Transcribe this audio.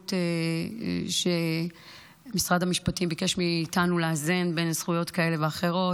במציאות שבה משרד המשפטים ביקש מאיתנו לאזן בין זכויות כאלה ואחרות,